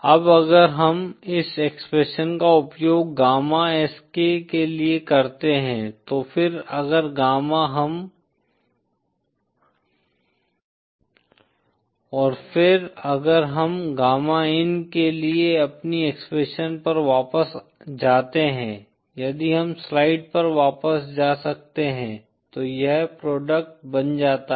अगर हम इस एक्सप्रेशन का उपयोग गामा sk के लिए करते हैं और फिर अगर हम गामा इन के लिए अपनी एक्सप्रेशन पर वापस जाते हैं यदि हम स्लाइड पर वापस जा सकते हैं तो यह प्रोडक्ट बन जाता है